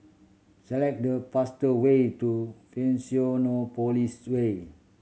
select the faster way to Fusionopolis Way